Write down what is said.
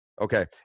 okay